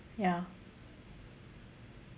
ya